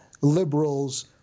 liberals